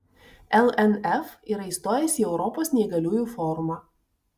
lnf yra įstojęs į europos neįgaliųjų forumą